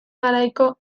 garaiko